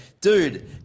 dude